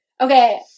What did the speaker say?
Okay